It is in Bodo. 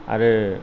आरो